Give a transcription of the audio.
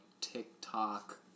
TikTok